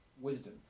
wisdom